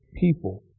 people